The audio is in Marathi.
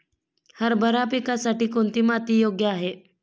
हरभरा पिकासाठी कोणती माती योग्य आहे?